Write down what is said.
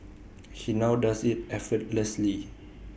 he now does IT effortlessly